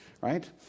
Right